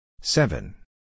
Seven